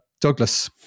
Douglas